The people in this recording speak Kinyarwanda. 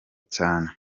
cyane